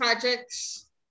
projects